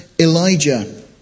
Elijah